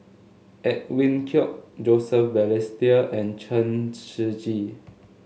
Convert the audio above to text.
Edwin Koek Joseph Balestier and Chen Shiji